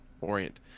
Orient